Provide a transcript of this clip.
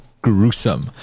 gruesome